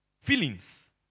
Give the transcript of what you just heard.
Feelings